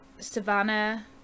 Savannah